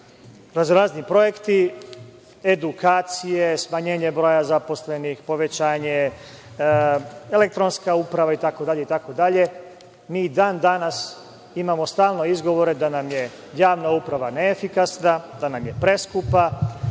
raznorazni projekti, edukacije, smanjenje broja zaposlenih, povećanje, elektronska uprava itd, itd, mi i dan danas imamo stalno izgovore da nam je javna uprava neefikasna, da nam je preskupa,